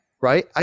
right